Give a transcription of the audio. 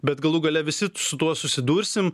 bet galų gale visi su tuo susidursim